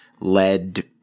led